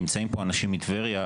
נמצאים פה אנשים מטבריה,